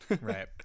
Right